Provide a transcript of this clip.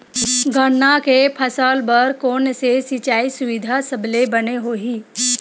गन्ना के फसल बर कोन से सिचाई सुविधा सबले बने होही?